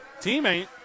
Teammate